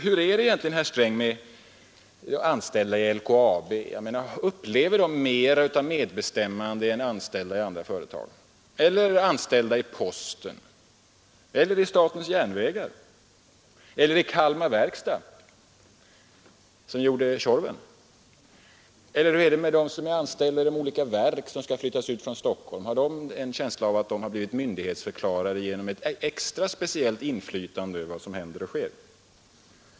Hur är det, herr Sträng, med de anställda i LKAB — upplever de mer av medbestämmande än anställda i andra företag? Eller hur är det med de anställda vid posten, vid statens järnvägar, vid Kalmar verkstad, som gjorde Tjorven? Hur är det med dem som är anställda i de olika verk som skall flyttas ut från Stockholm — har de en känsla av att de har blivit myndighetsförklarade och har ett speciellt inflytande över vad som händer och sker?